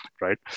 Right